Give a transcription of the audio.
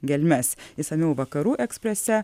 gelmes išsamiau vakarų eksprese